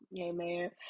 amen